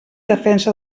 defensa